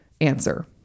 Answer